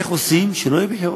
איך עושים שלא יהיו בחירות?